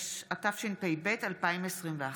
התשפ"ב 2021,